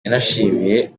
yanashimiye